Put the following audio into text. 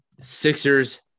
Sixers